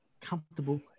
comfortable